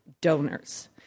donors